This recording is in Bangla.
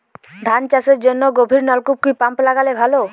ধান চাষের জন্য গভিরনলকুপ কি পাম্প লাগালে ভালো?